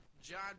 John